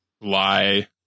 lie